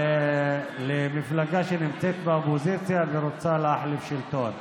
למפלגה שנמצאת באופוזיציה ורוצה להחליף שלטון.